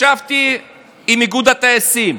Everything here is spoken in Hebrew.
ישבתי עם איגוד הטייסים.